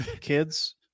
kids